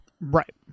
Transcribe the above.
Right